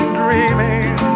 dreaming